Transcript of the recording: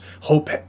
hope